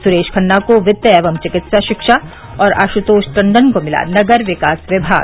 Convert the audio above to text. सुरेश खन्ना को वित्त एवं चिकित्सा शिक्षा और आश्तोष टण्डन को मिला नगर विकास विभाग